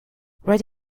write